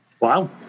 wow